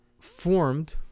formed